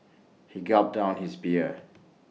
he gulped down his beer